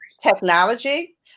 technology